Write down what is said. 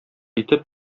итеп